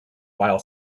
while